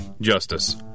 Justice